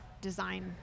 design